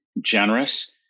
generous